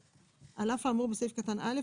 "(א1)על אף האמור בסעיף קטן (א),